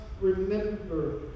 remember